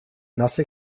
nasse